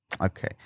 Okay